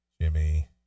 Jimmy